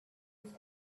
دوست